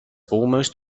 almost